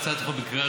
ללא הקראה,